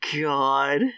God